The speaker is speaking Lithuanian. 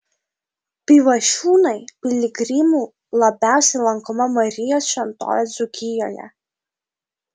pivašiūnai piligrimų labiausiai lankoma marijos šventovė dzūkijoje